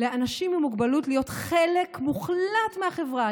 לאנשים עם מוגבלות להיות חלק מוחלט מהחברה,